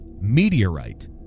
meteorite